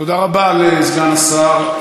תודה רבה לסגן השר.